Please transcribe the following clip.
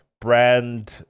brand